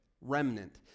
Remnant